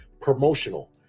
promotional